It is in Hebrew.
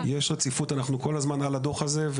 יש רציפות; אנחנו כל הזמן על הדו"ח הזה,